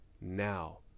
Now